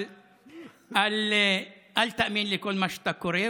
אל תאמין לכל מה שאתה קורא,